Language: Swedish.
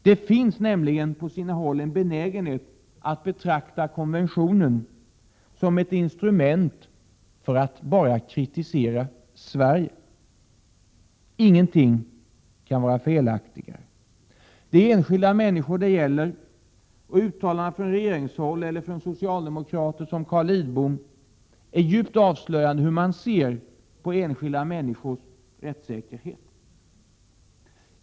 Det finns nämligen på sina håll en benägenhet att betrakta konventionen som ett instrument för att bara kritisera Sverige. Ingenting kan vara felaktigare. Det är enskilda människor det gäller, och uttalandena från regeringshåll, eller från socialdemokrater som Carl Lidbom, är djupt avslöjande för hur man ser på enskilda människors rättssäkerhet.